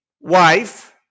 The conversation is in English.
wife